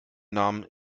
namen